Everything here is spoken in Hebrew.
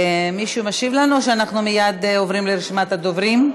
מישהו משיב לנו או שאנחנו מייד עוברים לרשימת הדוברים?